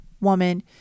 woman